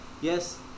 yes